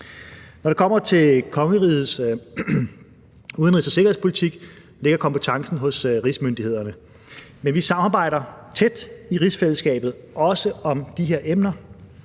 Når det kommer til kongerigets udenrigs- og sikkerhedspolitik ligger kompetencen hos rigsmyndighederne, men vi samarbejder tæt i rigsfællesskabet, også om de her emner.